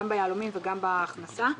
גם ביהלומים וגם בהכנסה.